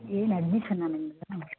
ಏನು ಅಡ್ಮಿಷನ ನಿಮ್ಮದಾ